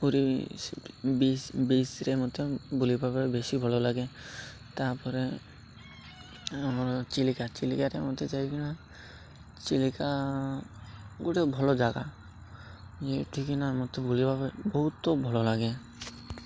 ପୁରୀ ବି ବିଚ୍ରେ ମତେ ବୁଲିବା ବେଶୀ ଭଲ ଲାଗେ ତା'ପରେ ଆମର ଚିଲିକା ଚିଲିକାରେ ମତେ ଯାଇକିନା ଚିଲିକା ଗୋଟେ ଭଲ ଜାଗା ଯେଉଁକିନା ମତେ ବୁଲିବା ବହୁତ ଭଲ ଲାଗେ